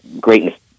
Greatness